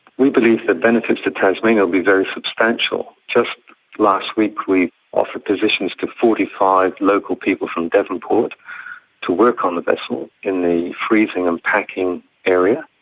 we believe the benefits to tasmania will be very substantial. just last week we offered positions to forty five local people from devonport to work on the vessel in the freezing and packing area.